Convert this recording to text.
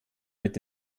mit